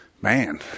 Man